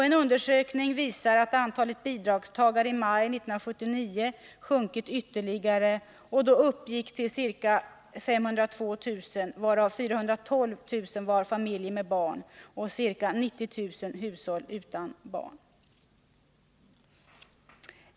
En undersökning visar att antalet bidragstagare i maj 1979 sjunkit ytterligare och då uppgick till ca 502 000 varav 412 000 var familjer med barn och ca 90 000 hushåll utan barn.